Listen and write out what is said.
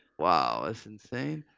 wow, that's insane.